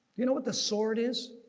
you know what the sword is?